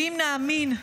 ואם נאמין,